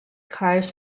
cars